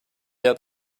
had